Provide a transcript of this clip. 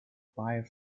acquire